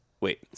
wait